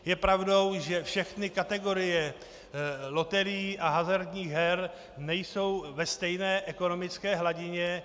Je pravdou, že všechny kategorie loterií a hazardních her nejsou ve stejné ekonomické hladině.